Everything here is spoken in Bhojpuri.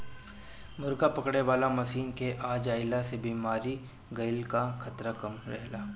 मुर्गा पकड़े वाला मशीन के आ जईला से बेमारी फईले कअ खतरा कम रहेला